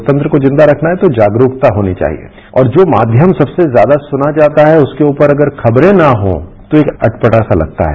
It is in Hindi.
लोकतंत्र को जिंदा रखना है तो जागरूकता होनी चाहिए और जो माध्यम सबसे ज्यादा सुना जाता है उसके ऊपर अगर खबरें न हों तो एक अटपटा सा लगता है